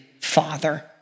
father